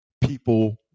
people